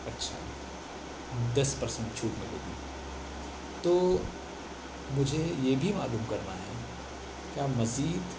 اچھا دس پرسینٹ چھوٹ ملے گی تو مجھے یہ بھی معلوم کرنا ہے کیا مزید